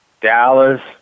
Dallas